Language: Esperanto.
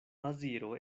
maziero